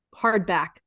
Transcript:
hardback